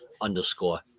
underscore